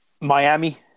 Miami